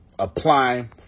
Apply